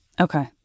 Okay